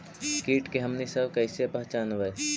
किट के हमनी सब कईसे पहचनबई?